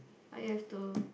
I have to